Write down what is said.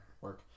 work